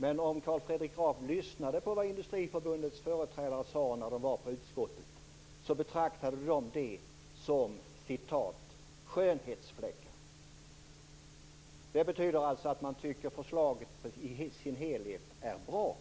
Men om Carl Fredrik Graf lyssnade på vad Industriförbundets företrädare sade när de var i utskottet, hörde han att de betraktade det som "skönhetsfläckar". Det betyder att man tycker att förslaget i dess helhet är bra.